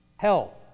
Hell